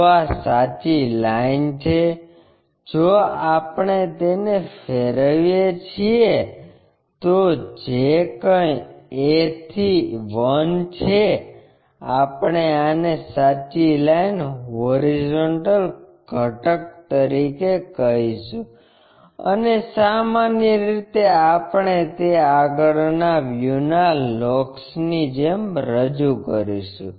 તો આ સાચી લાઇન છે જો આપણે તેને ફેરવીએ છીએ તો જે કંઇ a થી 1 છે આપણે આને સાચી લાઈન હોરીઝોન્ટલ ઘટક તરીકે કહીશું અને સામાન્ય રીતે આપણે તે આગળના વ્યૂના લોકસ ની જેમ રજૂ કરીશું